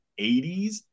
80s